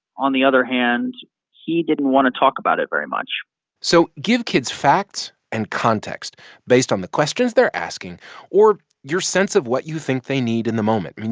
on the other hand he didn't want to talk about it very much so give kids facts and context based on the questions they're asking or your sense of what you think they need in the moment. i mean,